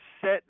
set